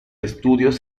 estudios